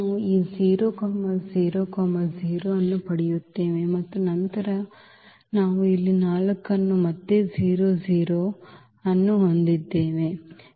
ನಾವು ಈ 0 0 0 ಅನ್ನು ಪಡೆಯುತ್ತೇವೆ ಮತ್ತು ನಂತರ ನಾವು ಇಲ್ಲಿ 4 ಅನ್ನು ಮತ್ತೆ 0 0 ಮತ್ತು 0 0 ಅನ್ನು ಹೊಂದಿದ್ದೇವೆ 1